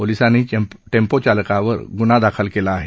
पोलिसांनी टेम्पोचालकावर ग्न्हा दाखल केला आला आहे